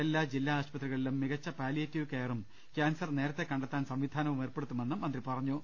എല്ലാ ജില്ലാ ആശുപത്രികളിലും ്മികച്ച പാലിയേ റ്റീവ് കെയറും ക്യാൻസർ നേരത്തെ കണ്ടെത്താൻ സംവി ധാനവും ഏർപ്പെടുത്തുമെന്നും മന്ത്രി പറഞ്ഞു